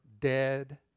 dead